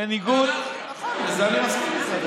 בניגוד, אנרכיה,